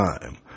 time